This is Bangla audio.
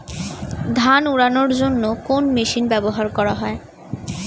ধান উড়ানোর জন্য কোন মেশিন ব্যবহার করা হয়?